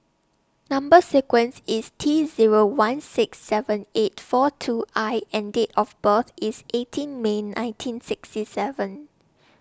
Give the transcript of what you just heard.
Number sequence IS T Zero one six seven eight four two I and Date of birth IS eighteen May nineteen sixty seven